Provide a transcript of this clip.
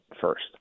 first